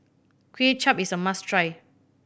Kway Chap is a must try